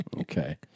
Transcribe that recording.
Okay